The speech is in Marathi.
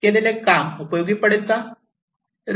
केलेले काम पडेल का